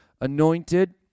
anointed